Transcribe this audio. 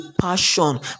passion